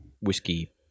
whiskey